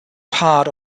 part